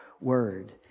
Word